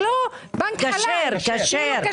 כלומר בנק כשר,